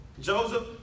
Joseph